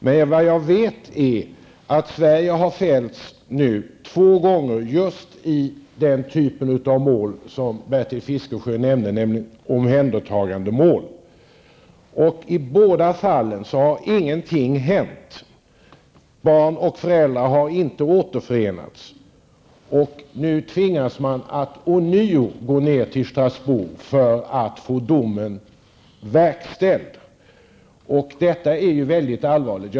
Men det allvarliga är att Sverige nu har fällts två gånger just i den typ av mål som Bertil Fiskesjö nämnde, nämligen mål som rör omhändertagande. I båda fallen har ingenting hänt. Barn och föräldrar har inte återförenats. Nu tvingas man att ånyo gå till Strasbourg för att få domen verkställd, och detta är mycket allvarligt.